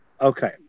Okay